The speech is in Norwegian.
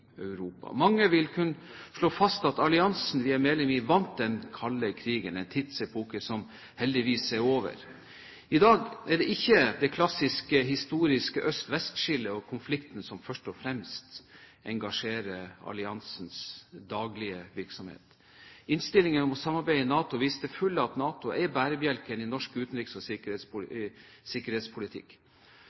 Mange vil kunne slå fast at alliansen vi er medlem i, vant den kalde krigen – en tidsepoke som heldigvis er over. I dag er det ikke det klassiske, historiske Øst–Vest-skillet – og konfliktene – som først og fremst engasjerer alliansens daglige virksomhet. Innstillingen om samarbeidet i NATO viser til fulle at NATO er bærebjelken i norsk utenriks- og sikkerhetspolitikk.